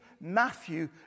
Matthew